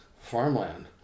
farmland